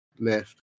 left